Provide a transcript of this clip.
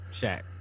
Shaq